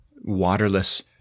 waterless